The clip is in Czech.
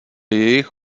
jejich